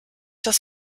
das